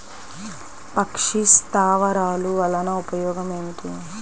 పక్షి స్థావరాలు వలన ఉపయోగం ఏమిటి?